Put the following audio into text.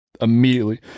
immediately